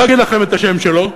ואני לא אגיד לכם את השם שלו,